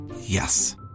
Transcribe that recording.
Yes